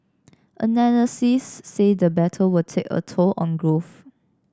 analysts say the battle will take a toll on growth